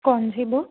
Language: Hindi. कौन सी बुक